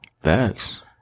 Facts